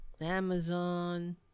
Amazon